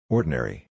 Ordinary